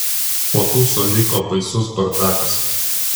po tūso liko baisus bardakas